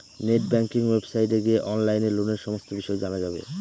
net banking ওয়েবসাইটে গিয়ে অনলাইনে লোনের সমস্ত বিষয় জানা যাবে